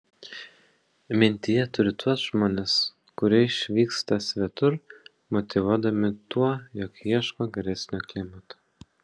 mintyje turiu tuos žmones kurie išvyksta svetur motyvuodami tuo jog ieško geresnio klimato